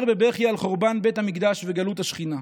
בבכי על חורבן בית המקדש וגלות השכינה.